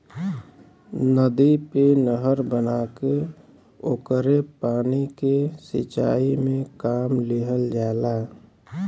नदी पे नहर बना के ओकरे पानी के सिंचाई में काम लिहल जाला